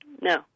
No